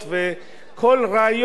וכל רעיון,